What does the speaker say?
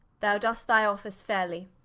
thou doo'st thy office fairely.